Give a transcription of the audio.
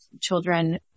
children